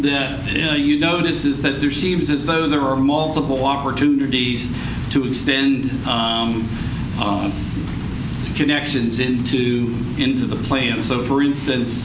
then you notice is that there seems as though there are multiple opportunities to extend connections into into the play and so for instance